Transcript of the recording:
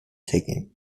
taken